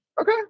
Okay